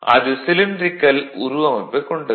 அது சிலின்ட்ரிகல் உருவமைப்பு கொண்டது